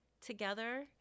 together